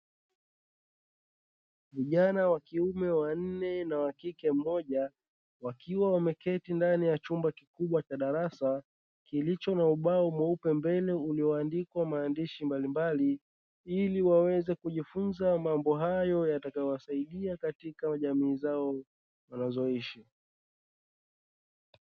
Vijana wa kiume wanne na wa kike mmoja wakiwa wameketi ndani ya chumba kikubwa cha darasa kilicho na ubao mweupe mbele, ulioandikwa maandishi mbalimbali ili waweze kujifunza mambo hayo yatakayowasaidia katika jamii zao wanazoishi.